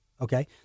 okay